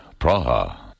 Praha